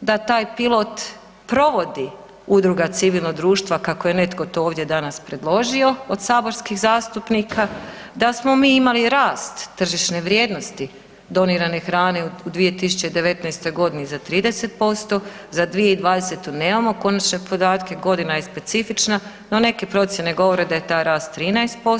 da taj pilot provodi Udruga civilnog društva kako je netko ovdje to danas predložio od saborskih zastupnika, da smo mi imali rast tržišne vrijednosti donirane hrane u 2019.g. za 30%, za 2020.nemao konačne podatke, godina je specifična no neke procjene govore da je taj rast 13%